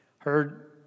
Heard